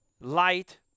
light